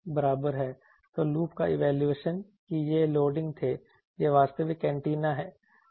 तो लूप का इवैल्यूएशन कि ये लोडिंग थे यह वास्तविक एंटीना है